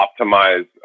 optimize